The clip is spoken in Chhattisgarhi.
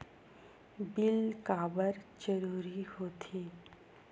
बिल काबर जरूरी होथे?